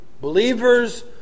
believers